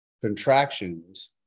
contractions